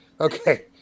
okay